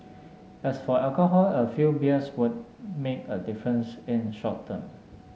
as for alcohol a few beers won't make a difference in the short term